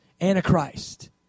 Antichrist